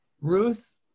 Ruth